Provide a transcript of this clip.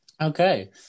Okay